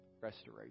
restoration